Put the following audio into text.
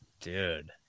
Dude